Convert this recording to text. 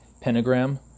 pentagram